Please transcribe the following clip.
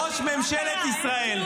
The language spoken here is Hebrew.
ראש ממשלת ישראל,